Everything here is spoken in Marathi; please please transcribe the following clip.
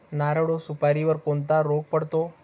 नारळ व सुपारीवर कोणता रोग पडतो?